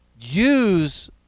use